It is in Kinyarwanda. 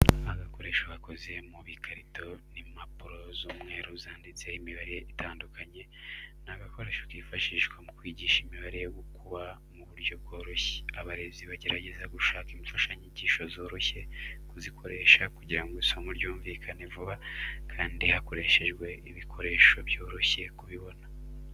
Agakoresho gakoze mu bikarito n'impapuro z'umweru zanditseho imibare itandukanye, ni agakoresho kifashishwa mu kwigisha imibare yo gukuba mu buryo bworoshye. Abarezi bagerageza gushaka imfashanyigisho zoroshye kuzikoresha kugira ngo isomo ryumvikane vuba kandi hakoreshejwe ibikoresho byoroshye kubibona.